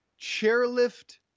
chairlift